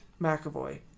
McAvoy